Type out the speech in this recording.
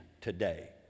today